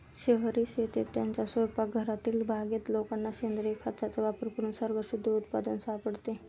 शहरी शेतीत, त्यांच्या स्वयंपाकघरातील बागेत लोकांना सेंद्रिय खताचा वापर करून सर्वात शुद्ध उत्पादन सापडते